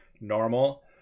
normal